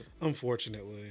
Unfortunately